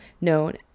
known